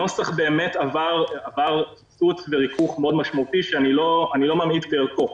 הנוסח עבר ריכוך מאוד משמעותי שאני לא ממעיט בערכו.